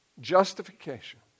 Justification